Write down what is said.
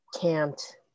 camped